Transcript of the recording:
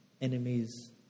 enemies